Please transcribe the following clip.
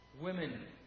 Women